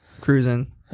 cruising